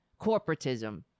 corporatism